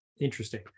Interesting